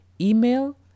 Email